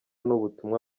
n’ubutumwa